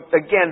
again